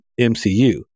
MCU